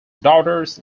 daughters